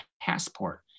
passport